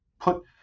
put